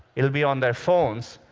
it will be on their phones,